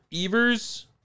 Evers